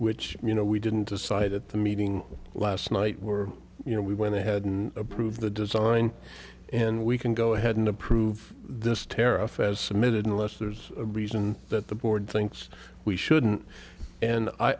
which you know we didn't decide at the meeting last night were you know we went ahead and approve the design and we can go ahead and approve this tariff as submitted unless there's a reason that the board thinks we shouldn't and